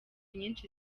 nyinshi